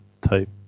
type